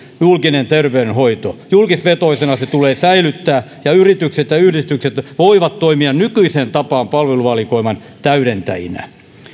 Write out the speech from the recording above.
julkinen terveydenhoito julkisvetoisena se tulee säilyttää ja yritykset ja yhdistykset voivat toimia nykyiseen tapaan palveluvalikoiman täydentäjinä